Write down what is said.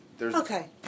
Okay